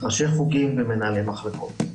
ראשי חוגים ומנהלי מחלקות.